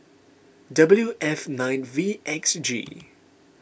W F nine V X G